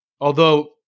Although-